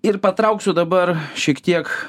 ir patrauksiu dabar šiek tiek